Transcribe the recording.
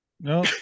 no